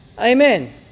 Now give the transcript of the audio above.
Amen